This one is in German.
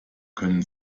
können